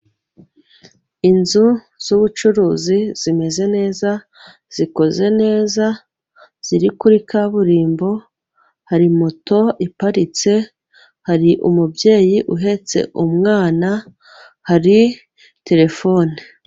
Inzu z'ubucuruzi zimeze neza zikoze neza ziri kuri kaburimbo hari moto iparitse, hari umubyeyi uhetse umwana, hari terefone.